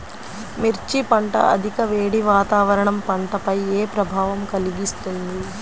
మిర్చి పంట అధిక వేడి వాతావరణం పంటపై ఏ ప్రభావం కలిగిస్తుంది?